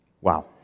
wow